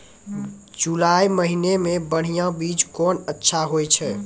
जुलाई महीने मे बढ़िया बीज कौन अच्छा होय छै?